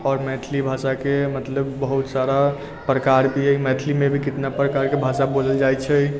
आओर मैथिली भाषाके मतलब बहुत सारा प्रकार भी हइ मैथिलीमे भी केतना प्रकारकेँ भाषा बोलल जाइ छै